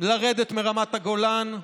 לרדת מרמת הגולן,